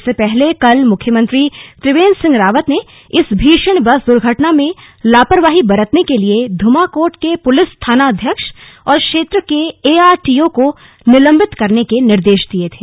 इससे पहले कल मुख्यमंत्री त्रिवेन्द्र सिंह रावत ने इस भीषण बस दुर्घटना में लापरवाही बरतने के लिये धुमाकोट के पुलिस थानाध्यक्ष और क्षेत्र के एआरटीओ को निलम्बित करने के निर्देश दिए थे